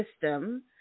system